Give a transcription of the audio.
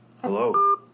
Hello